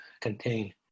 contain